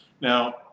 now